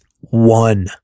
one